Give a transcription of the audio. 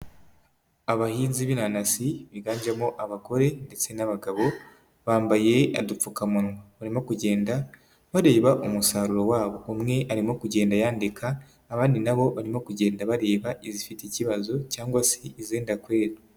Abahinzi b'inanasi biganjemo abagore ndetse n'abagabo, bambaye udupfukamunwa barimo kugenda bareba umusaruro wabo, umwe arimo kugenda yandika abandi nabo barimo kugenda bareba izifite ikibazo cyangwa se izenda kwera.